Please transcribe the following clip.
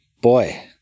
boy